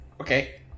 Okay